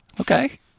Okay